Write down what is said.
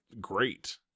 great